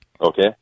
okay